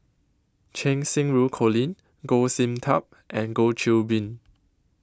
Cheng Xinru Colin Goh Sin Tub and Goh Qiu Bin